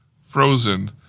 Frozen